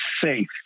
safe